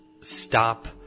stop